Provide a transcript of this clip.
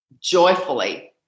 joyfully